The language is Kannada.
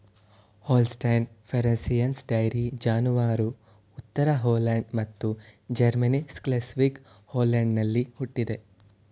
ಹೋಲ್ಸೆಟೈನ್ ಫ್ರೈಸಿಯನ್ಸ್ ಡೈರಿ ಜಾನುವಾರು ಉತ್ತರ ಹಾಲೆಂಡ್ ಮತ್ತು ಜರ್ಮನಿ ಸ್ಕ್ಲೆಸ್ವಿಗ್ ಹೋಲ್ಸ್ಟೈನಲ್ಲಿ ಹುಟ್ಟಿದೆ